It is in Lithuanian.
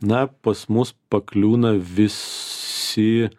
na pas mus pakliūna visi